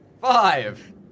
Five